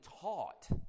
taught